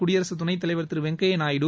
குடியரசு துணைத்தலைவர் திரு வெங்கையா நாயுடு